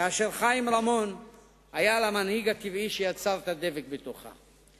וחיים רמון היה למנהיג הטבעי שיצר את הדבק בתוכה.